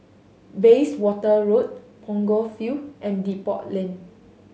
Bayswater Road Punggol Field and Depot Lane